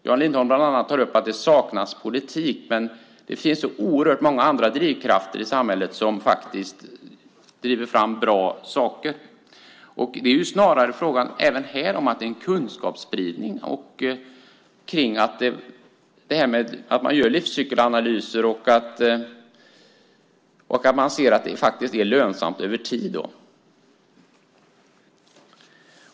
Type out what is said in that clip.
Jan Lindholm tar upp att det saknas politik, men det finns oerhört många andra drivkrafter i samhället som faktiskt driver fram bra saker. Det är snarare även här fråga om kunskapsspridning kring att man gör livscykelanalyser och att det blir lönsamt över tid.